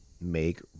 make